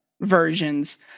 versions